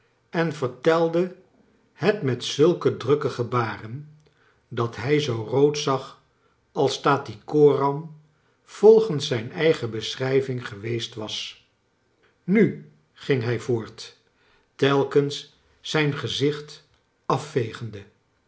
el de het met zulke drukke gebaren dat hij zoo rood zag als tattycoram volgens zijn eigen beschrijving geweest was nu ging hij voort telkens zijn gezicht afvegende